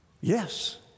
Yes